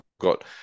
got